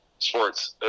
sports